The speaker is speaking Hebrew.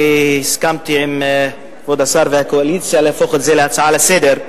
הסכמתי עם כבוד השר והקואליציה להפוך את זה להצעה לסדר-היום,